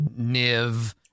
Niv